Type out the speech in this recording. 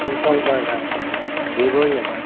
Samsung ਦਾ ਹੈਗਾ Vivo ਵੀ ਹੈਗਾ